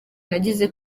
nagize